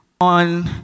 on